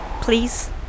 please